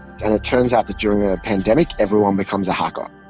and turns out that during ah a pandemic, everyone becomes a hacker.